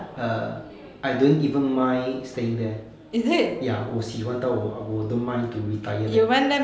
err I don't even mind staying there ya 我喜欢到我我 don't mind to retire there